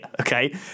okay